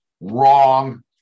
Wrong